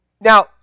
Now